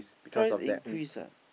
price increase ah